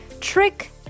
Trick